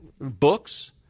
books